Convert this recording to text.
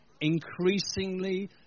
Increasingly